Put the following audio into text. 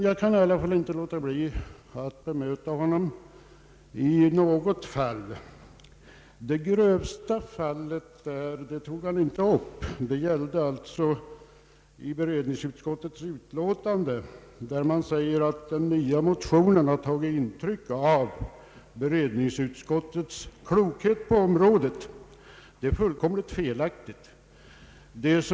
Jag kan dock inte underlåta att bemöta honom på en punkt. Herr Hedlund tog inte upp den passus i allmänna beredningsutskottets utlåtande där utskottet gör gällande att motionärerna i den nya motionen har tagit intryck av utskottets klokhet på området. Det är fullkomligt felaktigt.